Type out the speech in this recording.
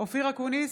אופיר אקוניס,